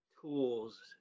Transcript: tools